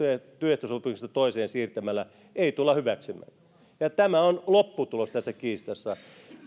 työehtosopimuksesta toiseen siirtämällä ei tulla hyväksymään ja tämä on lopputulos tässä kiistassa